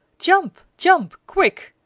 jump, jump, quick,